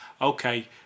Okay